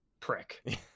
prick